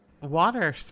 water